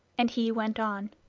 and he went on.